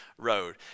road